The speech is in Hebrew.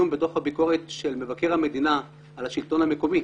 בדוח הביקורת של מבקר המדינה על השלטון המקומי